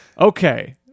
okay